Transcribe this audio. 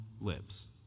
lips